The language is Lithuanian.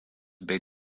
bei